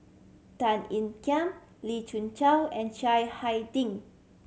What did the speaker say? Tan Ean Kiam Lee Khoon Choy and Chiang Hai Ding